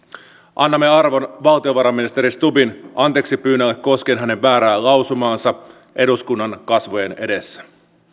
annamme arvon valtiovarainministeri stubbin anteeksipyynnölle koskien hänen väärää lausumaansa eduskunnan kasvojen edessä